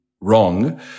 wrong